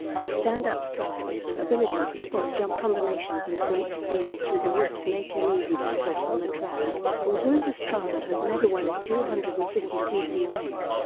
his stand-up style, ability to spot jump combinations and great speed through the whoops make him easy to spot on the track. although pastrana has never won a two hundred and fifty cc race,